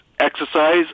exercise